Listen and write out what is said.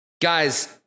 Guys